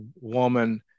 woman